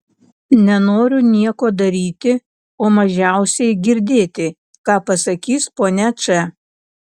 nenoriu nieko daryti o mažiausiai girdėti ką pasakys ponia č